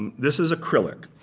um this is acrylic.